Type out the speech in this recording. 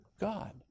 God